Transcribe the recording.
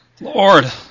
Lord